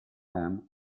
ham